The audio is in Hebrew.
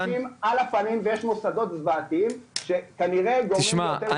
ויש אנשים על הפנים ויש מוסדות זוועתיים שכנראה גורמים --- תשמע,